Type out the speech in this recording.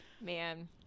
Man